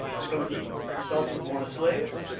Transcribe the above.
so, he himself was born a slave,